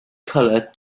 color